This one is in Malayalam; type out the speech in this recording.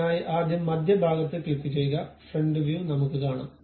അതിനായി ആദ്യം മധ്യഭാഗത്ത് ക്ലിക്കു ചെയ്യുക ഫ്രണ്ട് വ്യൂ നമ്മുക്ക് കാണം